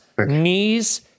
knees